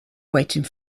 waiting